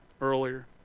earlier